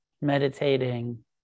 meditating